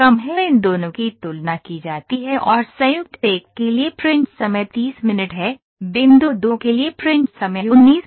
इन दोनों की तुलना की जाती है और संयुक्त एक के लिए प्रिंट समय 30 मिनट है बिंदु दो के लिए प्रिंट समय 19 मिनट है